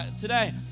today